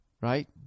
right